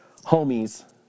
homies